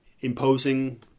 imposing